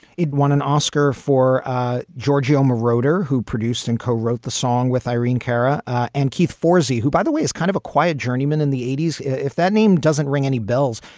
it won an oscar for giorgio moroder, who produced and co-wrote the song with irene cara and keith fawzy, who, by the way, is kind of a quiet journeyman in the eighty s. if that name doesn't ring any bells.